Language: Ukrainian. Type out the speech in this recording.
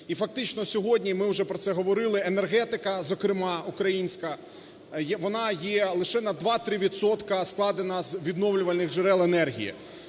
І фактично сьогодні ми уже про це говорили, енергетика, зокрема українська, вона є лише на 2-3 відсотка складена з відновлювальних джерел енергії,